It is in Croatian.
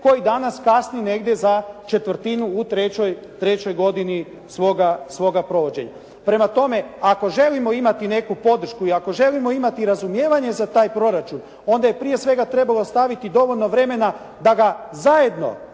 koji danas kasni negdje za četvrtinu u trećoj godini svoga provođenja. Prema tome, ako želimo imati neku podršku i ako želimo imati razumijevanje za taj proračun, onda prije svega trebamo staviti dovoljno vremena da ga zajedno